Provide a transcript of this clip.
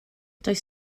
does